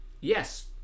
Yes